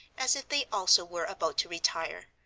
as if they also were about to retire,